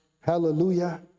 hallelujah